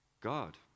God